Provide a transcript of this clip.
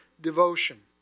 devotion